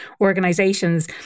organizations